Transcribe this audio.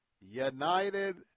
United